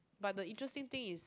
but the interesting thing is